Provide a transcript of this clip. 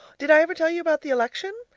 did i ever tell you about the election?